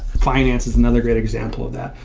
finance is another great example of that.